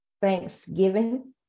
Thanksgiving